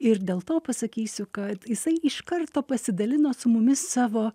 ir dėl to pasakysiu kad jisai iš karto pasidalino su mumis savo